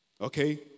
Okay